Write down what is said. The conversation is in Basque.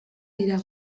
dira